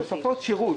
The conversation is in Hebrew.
תוספות שירות,